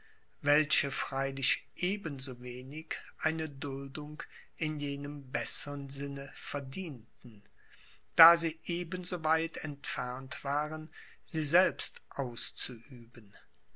welche freilich eben so wenig eine duldung in jenem bessern sinne verdienten da sie eben so weit entfernt waren sie selbst auszuüben